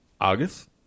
August